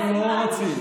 אנחנו לא רוצים.